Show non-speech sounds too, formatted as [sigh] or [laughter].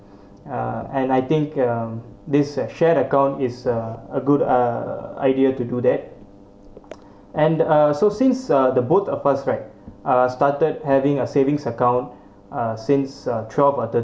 uh and I think um this have shared account is a a good uh idea to do that [noise] and uh so since uh the both of us right uh started having a savings account uh since uh twelve or thirteen